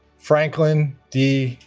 franqlin d.